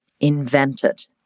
invented